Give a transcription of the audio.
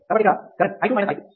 కాబట్టి ఇక్కడ current i 2 i 3